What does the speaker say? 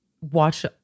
watch